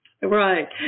Right